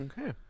Okay